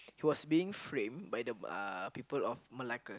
he was being framed by the uh people of Malacca